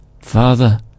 Father